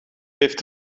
heeft